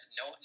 no